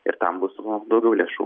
ir tam bus daugiau lėšų